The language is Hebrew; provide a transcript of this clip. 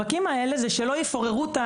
לנבחרת הגברים וכן מדבר גם על כל הסיפור של מוגנות,